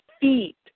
feet